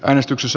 äänestykses